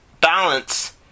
balance